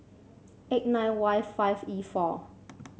eight nine Y five E four